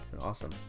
Awesome